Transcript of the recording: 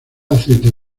aceites